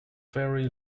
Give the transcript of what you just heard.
fairly